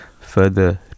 further